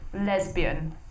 lesbian